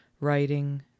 writing